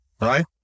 right